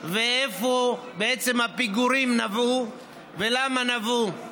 ומאיפה בעצם הפיגורים נבעו ולמה נבעו.